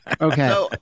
Okay